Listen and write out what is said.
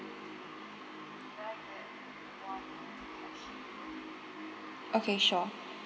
okay sure